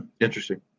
Interesting